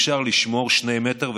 אי-אפשר לשמור שני מטר.